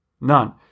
None